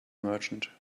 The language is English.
merchant